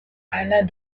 alain